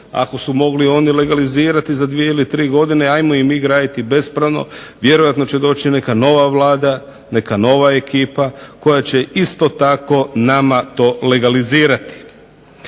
ako su mogli oni legalizirati za dvije, ili tri godine, ajmo i mi graditi bespravno, vjerojatno će doći neka nova Vlada, neka nova ekipa koja će isto tako to nama legalizirati.